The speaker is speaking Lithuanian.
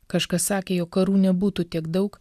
kažkas sakė jog karų nebūtų tiek daug